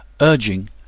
urging